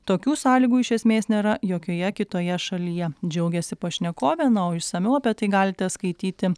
tokių sąlygų iš esmės nėra jokioje kitoje šalyje džiaugėsi pašnekovė na o išsamiau apie tai galite skaityti